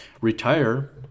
retire